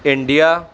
India